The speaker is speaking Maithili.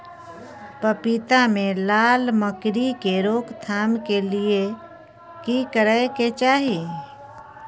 पपीता मे लाल मकरी के रोक थाम के लिये की करै के चाही?